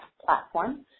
platform